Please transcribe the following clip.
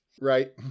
Right